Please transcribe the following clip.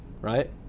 right